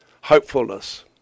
Hopefulness